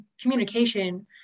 communication